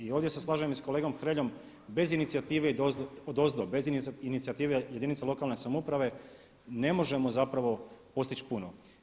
I ovdje se slažem i s kolegom Hreljom bez inicijative i odozdo, bez inicijative jedinica lokalne samouprave ne možemo zapravo postići puno.